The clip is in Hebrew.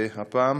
והפעם